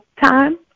time